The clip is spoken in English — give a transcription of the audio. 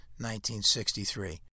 1963